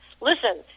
listen